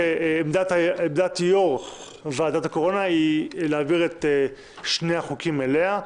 שעמדת יו"ר ועדת הקורונה היא להעביר את שני החוקים אליה.